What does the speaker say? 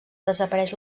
desapareix